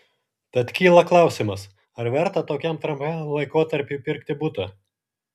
tad kyla klausimas ar verta tokiam trumpam laikotarpiui pirkti butą